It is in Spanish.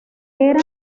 era